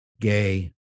gay